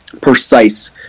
precise